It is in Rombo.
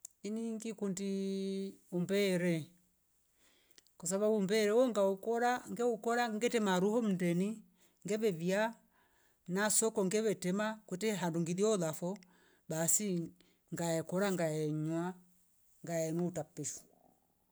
Iningi kuundi umbere kwasababu mbe wuo ngaukora mgeukora ngete maru huo mndeni ngeve via na soko ngeve tema kwete harungi dio lafo basi ngaekora ngahenywa ngaenu takpishwa.